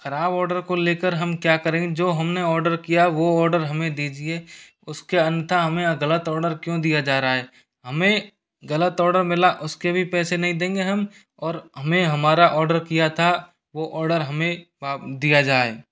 खराब औडर को लेकर हम क्या करेंगे जो हमने औडर किया वो औडर हमें दीजिए उसके अंतः हमें गलत औडर क्यों दिया जा रहा है हमें गलत औडर मिला उसके भी पैसे नहीं देंगे हम और हमें हमारा किया था वो आर्डर हमें व दिया जाय